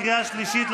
קריאה שלישית,